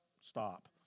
stop